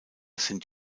sind